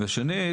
שנית,